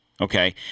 Okay